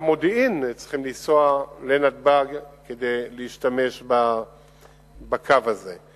גם ממודיעין צריכים לנסוע לנתב"ג כדי להשתמש בקו הזה.